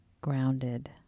grounded